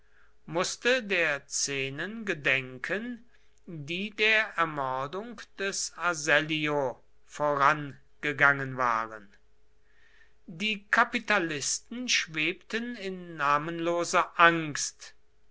mußte der szenen gedenken die der ermordung des asellio vorangegangen waren die kapitalisten schwebten in namenloser angst